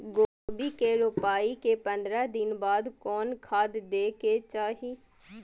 गोभी के रोपाई के पंद्रह दिन बाद कोन खाद दे के चाही?